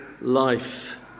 life